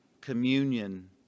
communion